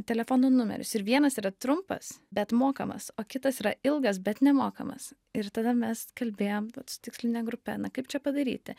telefonų numerius ir vienas yra trumpas bet mokamas o kitas yra ilgas bet nemokamas ir tada mes kalbėjom vat su tiksline grupe na kaip čia padaryti